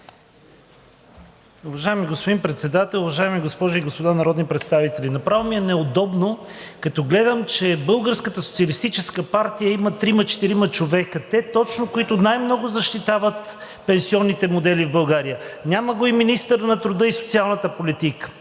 Уважаеми господин Председател, уважаеми госпожи и господа народни представители! Направо ми е неудобно, като гледам, че от „Българската социалистическа партия“ има трима-четирима човека – точно те, които най-много защитават пенсионните модели в България. Няма го и министъра на труда и социалната политика.